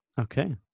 okay